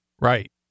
Right